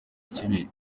kibi